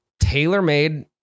tailor-made